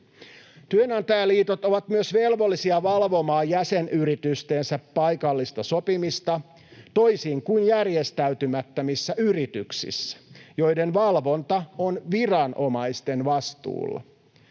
Työnantajaliitot ovat myös velvollisia valvomaan jäsenyritystensä paikallista sopimista, toisin kuin järjestäytymättömissä yrityksissä, joiden valvonta on viranomaisten vastuulla.